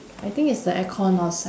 I think it's the aircon outside